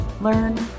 Learn